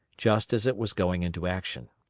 just as it was going into action.